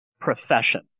profession